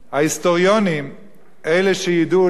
אלה שידעו להעריך מה קרה פה במדינה